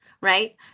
right